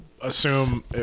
assume